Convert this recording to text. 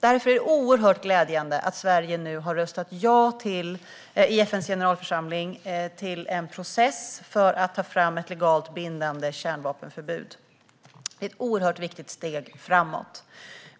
Därför är det oerhört glädjande att Sverige nu har röstat ja i FN:s generalförsamling till en process för att ta fram ett legalt bindande kärnvapenförbud. Det är ett oerhört viktigt steg framåt.